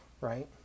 right